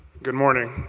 good morning.